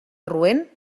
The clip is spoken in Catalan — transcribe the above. roent